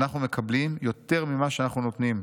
'אנחנו מקבלים יותר ממה שאנחנו נותנים.